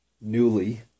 newly